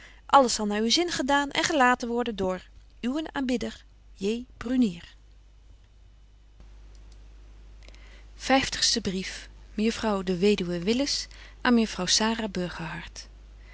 alles zal naar uw zin gedaan en gelaten worden door uwen aanbidder betje wolff en aagje deken historie van mejuffrouw sara burgerhart vyftigste brief mejuffrouw de weduwe willis